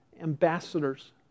Ambassadors